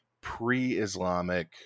pre-Islamic